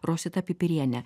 rosita pipiriene